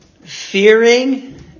Fearing